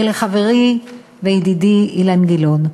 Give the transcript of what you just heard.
ולחברי וידידי אילן גילאון,